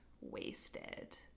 wasted